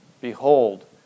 Behold